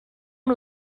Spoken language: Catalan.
amb